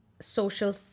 social